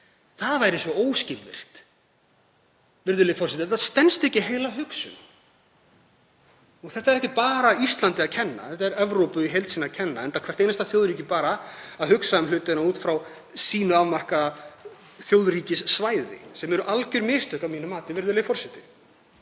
það væri svo óskilvirkt. Virðulegi forseti. Þetta stenst ekki heila hugsun. Þetta er ekki bara Íslandi að kenna. Þetta er Evrópu í heild sinni að kenna, enda er hvert einasta þjóðríki bara að hugsa hlutina út frá sínu afmarkaða þjóðríkissvæði, sem eru algjör mistök að mínu mati. Ég verð þá, fyrst